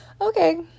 Okay